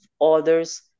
others